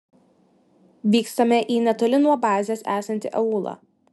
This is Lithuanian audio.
vykstame į netoli nuo bazės esantį aūlą